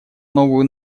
новую